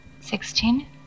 sixteen